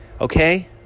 Okay